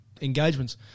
engagements